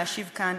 להשיב כאן,